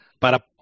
Para